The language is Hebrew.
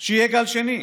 אתם ידעתם שיהיה גל שני.